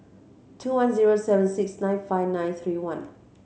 two one zero seven six nine five nine three one